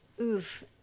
Oof